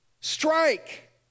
strike